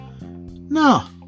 No